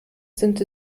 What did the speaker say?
sind